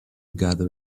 gather